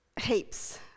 Heaps